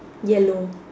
yellow